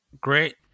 great